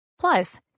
Plus